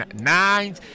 nine